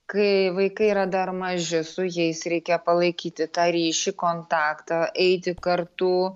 kai vaikai yra dar maži su jais reikia palaikyti tą ryšį kontaktą eiti kartu